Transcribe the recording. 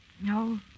No